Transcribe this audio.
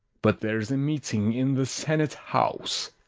but there's a meeting in the senate-house,